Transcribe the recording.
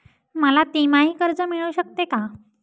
मला तिमाही कर्ज मिळू शकते का?